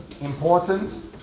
important